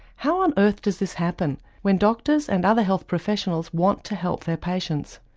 how on earth does this happen when doctors and other health professionals want to help their patients?